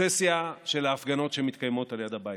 נוסף למיליון מובטלים שכבר כיום מדווחים מאז תחילת הקורונה.